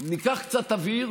ניקח קצת אוויר